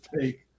take